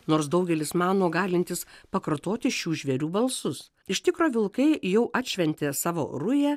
nors daugelis mano galintys pakartoti šių žvėrių balsus iš tikro vilkai jau atšventė savo rują